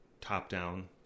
top-down